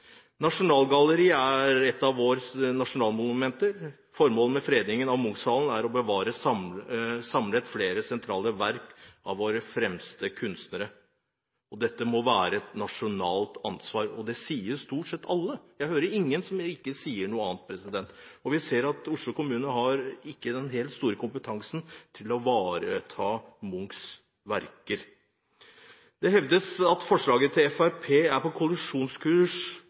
er et av våre nasjonalmonumenter. Formålet med fredningen av Munch-salen er å bevare samlet flere sentrale verk av våre fremste kunstnere. Dette må være et nasjonalt ansvar – det sier stort sett alle, jeg hører ingen som sier noe annet. Vi ser at Oslo kommune ikke har den store kompetansen til å ta vare på Munchs verker. Det hevdes at forslaget fra Fremskrittspartiet er på kollisjonskurs